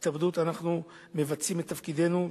התאבדות אנחנו מבצעים את תפקידנו,